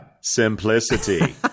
Simplicity